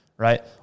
Right